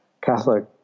Catholic